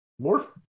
Morph